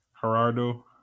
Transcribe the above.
Gerardo